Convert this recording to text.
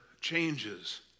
changes